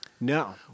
No